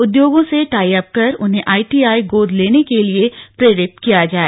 उद्योगों से टाईअप कर उन्हें आईटीआई गोद लेने के लिए प्रेरित किया जाए